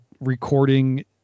recording